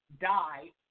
die